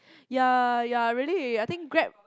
ya ya really I think Grab